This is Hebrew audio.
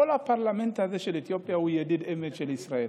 כל הפרלמנט הזה של אתיופיה הוא ידיד אמת של ישראל.